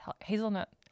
hazelnut